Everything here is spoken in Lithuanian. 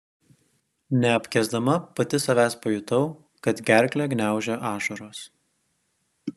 neapkęsdama pati savęs pajutau kad gerklę gniaužia ašaros